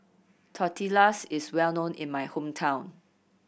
Tortillas is well known in my hometown